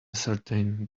ascertain